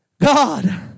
God